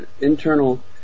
internal